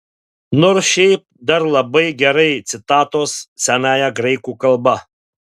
nors šiaip dar labai gerai citatos senąja graikų kalba